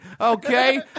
Okay